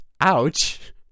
ouch